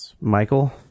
Michael